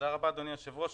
אדוני היושב-ראש.